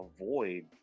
avoid